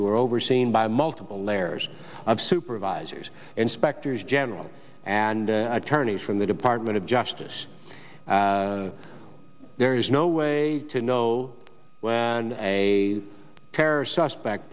who are overseen by multiple layers of supervisors inspectors general and attorneys from the department of justice there is no way to know when a terrorist suspect